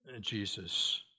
Jesus